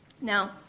Now